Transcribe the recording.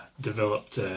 developed